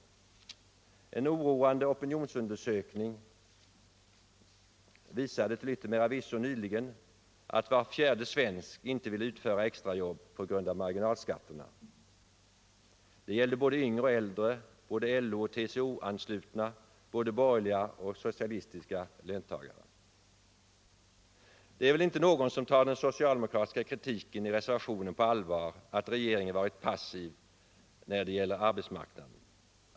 En oroande opinionsundersökning visade till yttermera visso nyligen att var fjärde svensk inte vill utföra extrajobb på grund av marginalskatterna. Det gällde både yngre och äldre, både LO och TCO-anslutna, både borgerliga och socialistiska löntagare. Det är väl inte någon som tar den sociademokratiska kritiken i reservationen på allvar, nämligen att regeringen varit passiv när det giller arbetsmarknaden.